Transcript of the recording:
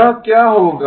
यह क्या होगा